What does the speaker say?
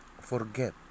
forget